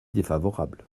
défavorable